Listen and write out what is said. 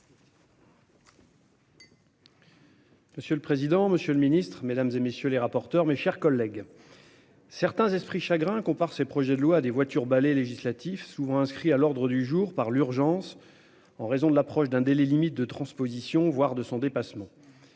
Monsieur le président, Monsieur le Ministre Mesdames et messieurs les rapporteurs, mes chers collègues. Certains esprits chagrins con par ces projets de loi des voitures balais législatif souvent inscrit à l'ordre du jour par l'urgence en raison de l'approche d'un délai limite de transposition, voire de son dépassement.